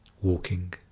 Walking